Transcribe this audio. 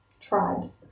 tribes